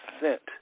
sent